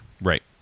right